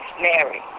Mary